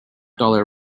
dollar